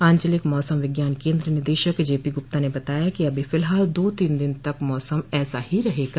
आंचलिक मौसम विज्ञान केन्द्र के निदेशक जेपी गुप्ता ने बताया कि अभी फिलहाल दो तीन दिन मौसम ऐसा ही रहेगा